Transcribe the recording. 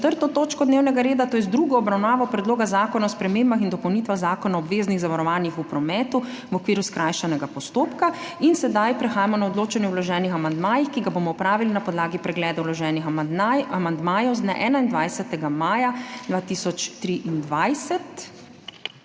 točko dnevnega reda, to je z drugo obravnavo Predloga zakona o spremembah in dopolnitvah Zakona o obveznih zavarovanjih v prometu v okviru skrajšanega postopka.** Prehajamo na odločanje o vloženih amandmajih, ki ga bomo opravili na podlagi pregleda vloženih amandmajev z dne 21. maja 2024,